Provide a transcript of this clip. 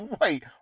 Wait